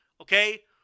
okay